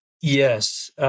Yes